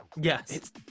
Yes